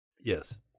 Yes